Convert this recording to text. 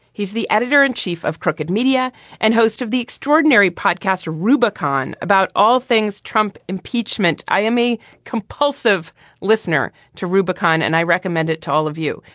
he's the editor in chief of crooked media and host of the extraordinary podcast rubicon about all things trump impeachment. i am a compulsive listener to rubicon and i recommend it to all of you.